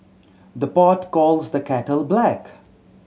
the pot calls the kettle black